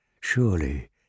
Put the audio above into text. Surely